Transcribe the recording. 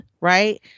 right